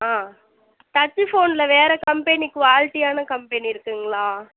ஆ touch ஃபோனில் வேறு company குவாலிட்டியான கம்பெனி இருக்குதுங்களா